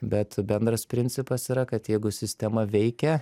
bet bendras principas yra kad jeigu sistema veikia